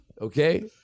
okay